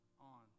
on